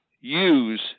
use